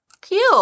Cute